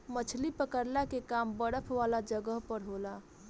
मछली पकड़ला के काम बरफ वाला जगह पर होला